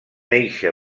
eixa